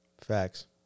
Facts